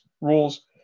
rules